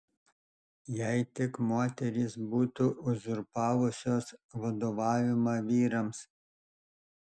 jei tik moterys būtų uzurpavusios vadovavimą vyrams